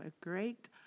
great